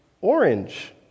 orange